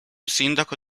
sindaco